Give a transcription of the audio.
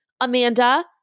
Amanda